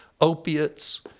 opiates